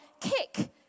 kick